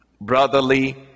brotherly